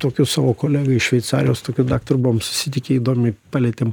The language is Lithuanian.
tokiu savo kolega iš šveicarijos tokiu daktaru buvom susitikę įdomiai palietėm